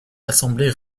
l’assemblée